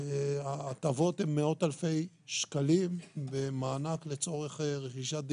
ההטבות הן מאות-אלפי שקלים במענק לצורך רכישת דירה.